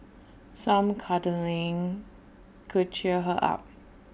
some cuddling could cheer her up